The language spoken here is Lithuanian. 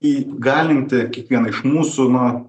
įgalinti kiekvieną iš mūsų na